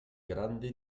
grande